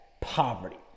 poverty